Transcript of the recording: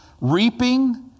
reaping